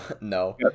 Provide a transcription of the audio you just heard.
no